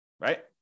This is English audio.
right